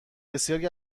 بسیاری